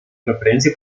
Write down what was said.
referencia